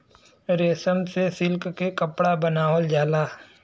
रेशम से सिल्क के कपड़ा बनावल जाला